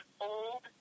old